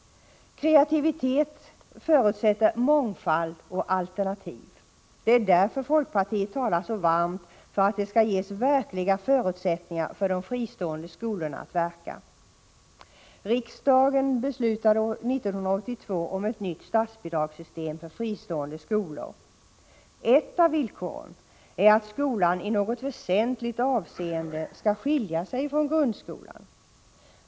Kreativitet förutsätter mångfald och alternativ. Det är därför folkpartiet talar så varmt för att det skall ges verkliga förutsättningar för de fristående skolorna att verka. Riksdagen beslutade 1982 om ett nytt statsbidragssystem för fristående skolor. Ett av villkoren är att skolan i något väsentligt avseende skall skilja sig från grundskolan.